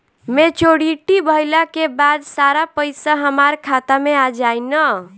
Maturity भईला के बाद सारा पईसा हमार खाता मे आ जाई न?